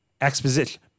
Exposition